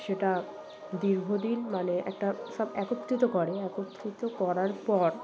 সেটা দীর্ঘদিন মানে একটা সব একত্রিত করে একত্রিত করার পর